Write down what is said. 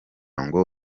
ngo